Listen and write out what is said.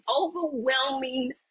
overwhelming